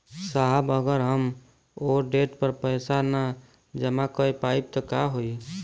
साहब अगर हम ओ देट पर पैसाना जमा कर पाइब त का होइ?